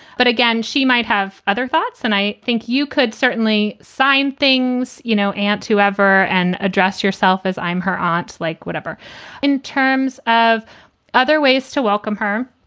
but again, she might have other thoughts. and i think you could certainly sign things, you know, and to ever and address yourself as i'm her aunt, like whatever in terms of other ways to welcome her.